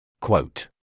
Quote